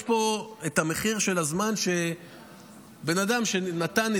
יש פה את המחיר של הזמן שבן אדם נתן,